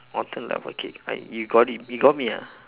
molten lava cake I you got it you got me ah